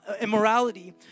immorality